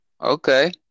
Okay